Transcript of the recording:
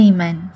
Amen